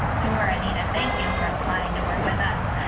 sure, anita. thank you for applying to work with us.